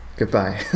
Goodbye